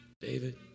David